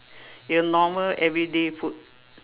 your normal everyday food